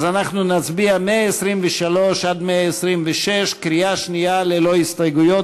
ולכן נצביע על סעיפים 123 126 בקריאה שנייה ללא הסתייגויות,